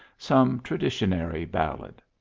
some tra ditionary ballad.